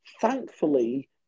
thankfully